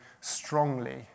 strongly